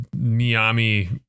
Miami